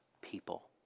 people